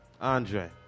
Andre